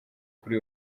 kuri